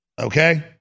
okay